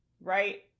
right